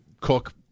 Cook